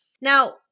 Now